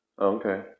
Okay